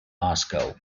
moscow